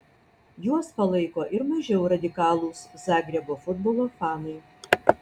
juos palaiko ir mažiau radikalūs zagrebo futbolo fanai